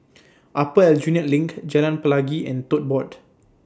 Upper Aljunied LINK Jalan Pelangi and Tote Board